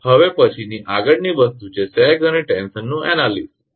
હવે પછીની આગળની વસ્તુ એ છે કે સેગ અને ટેન્શન નું એનાલિસિસવિશ્લેષણ